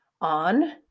on